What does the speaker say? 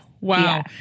Wow